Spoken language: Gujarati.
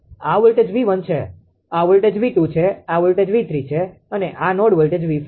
આ વોલ્ટેજ 𝑉1 છે આ વોલ્ટેજ 𝑉2 છે આ વોલ્ટેજ 𝑉3 છે અને આ નોડ વોલ્ટેજ 𝑉4 છે